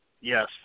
Yes